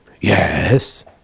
yes